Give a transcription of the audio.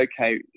okay